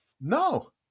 No